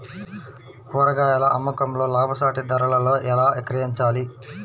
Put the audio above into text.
కూరగాయాల అమ్మకంలో లాభసాటి ధరలలో ఎలా విక్రయించాలి?